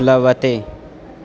प्लवते